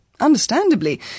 Understandably